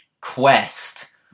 quest